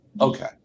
Okay